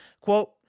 Quote